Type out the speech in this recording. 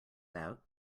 out